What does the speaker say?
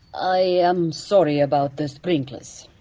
i am sorry about the sprinklers.